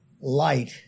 light